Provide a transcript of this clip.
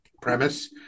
premise